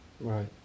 Right